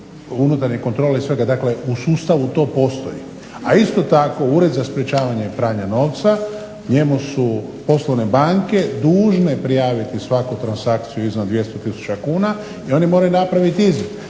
unutarnje kontrole svega. Dakle u sustavu to postoji. A isto tako Ured za sprečavanje pranja novca njemu su poslovne banke dužne prijaviti svaku transakciju iznad 200 tisuća kuna i oni moraju napraviti …/Ne